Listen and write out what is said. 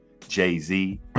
Jay-Z